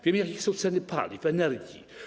Wiemy, jakie są ceny paliw, energii.